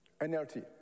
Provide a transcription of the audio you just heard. NLT